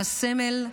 על הסמל,